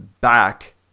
back